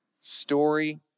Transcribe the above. Story